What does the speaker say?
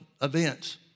events